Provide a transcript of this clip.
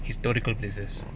historical places